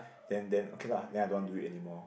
then then okay lah then I don't want do it anymore